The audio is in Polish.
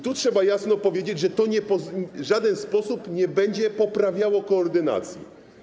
Trzeba jasno powiedzieć, że to w żaden sposób nie będzie poprawiało koordynacji.